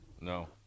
No